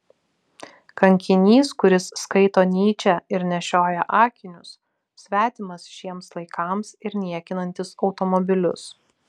kankinys kuris skaito nyčę ir nešioja akinius svetimas šiems laikams ir niekinantis automobilius